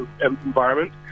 environment